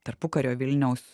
tarpukario vilniaus